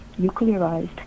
nuclearized